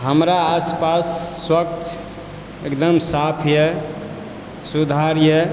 हमरा आसपास स्वच्छ एकदम साफए सुधार यऽ